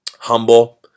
Humble